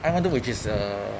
I one two which is uh